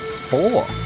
Four